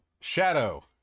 Shadow